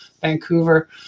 Vancouver